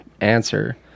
answer